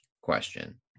question